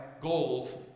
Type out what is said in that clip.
goals